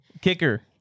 Kicker